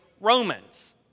Romans